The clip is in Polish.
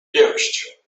pięść